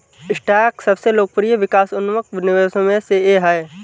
stock सबसे लोकप्रिय विकास उन्मुख निवेशों में से है